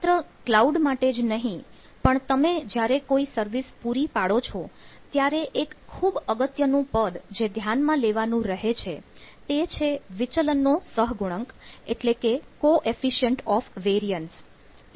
માત્ર કલાઉડ માટે જ નહીં પણ તમે જ્યારે કોઈ સર્વિસ પૂરી પાડો છો ત્યારે એક ખૂબ અગત્યનું પદ જે ધ્યાનમાં લેવાનું રહે છે તે છે વિચલન નો સહગુણક કોએફીશિયન્ટ ઑફ઼ વેરિયન્સ કે CV